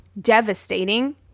devastating